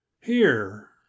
Here